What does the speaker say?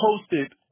posted